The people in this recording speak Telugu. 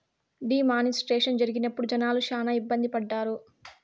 డీ మానిస్ట్రేషన్ జరిగినప్పుడు జనాలు శ్యానా ఇబ్బంది పడ్డారు